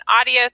audio